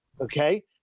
Okay